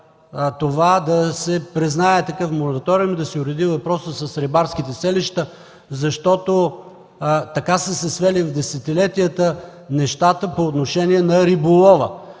това да се признае такъв мораториум и да се уреди въпросът с рибарските селища, защото така са се свели нещата в десетилетията по отношение на риболова.